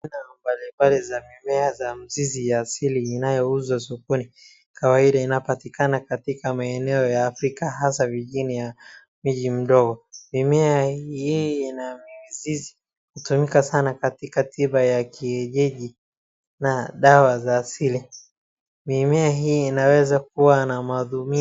...mbalimbali za mimea za mizizi ya asili inayouzwa sokoni, kawaida inapatikana katika maeneo ya Afrika hasa vijiji na miji mdogo. Mimea hii ina mizizi hutumika sana katika tiba ya kienyeji na dawa za asili. Mimea hii inaweza kuwa na matumizi...